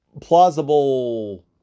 plausible